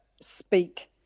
speak